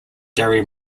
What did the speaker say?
gary